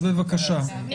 אז בבקשה.